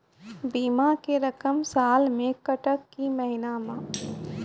बीमा के रकम साल मे कटत कि महीना मे?